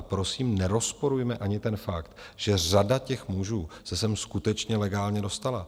Prosím, nerozporujme ani ten fakt, že řada těch mužů se sem skutečně legálně dostala.